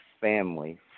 family